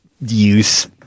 use